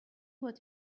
what